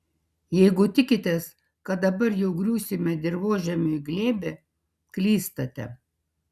jeigu tikitės kad dabar jau griūsime dirvožemiui į glėbį klystate